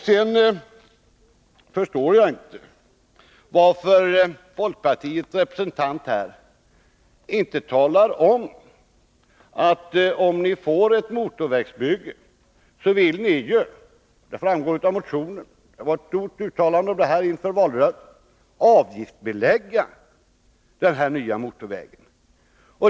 Sedan förstår jag inte varför folkpartiets representant här inte har talat om att ni, om ni får ett motorvägsbygge, vill avgiftsbelägga den nya motorvägen — det framgår av motionen och det gjordes också ett uttalande om det i valrörelsen.